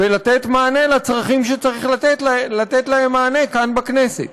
ולתת מענה לצרכים שצריך לתת להם מענה כאן, בכנסת.